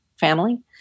family